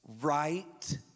right